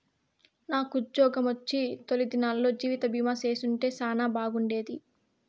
నాకుజ్జోగమొచ్చిన తొలి దినాల్లో జీవితబీమా చేసుంటే సానా బాగుండేది